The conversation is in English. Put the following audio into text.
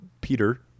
Peter